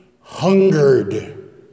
hungered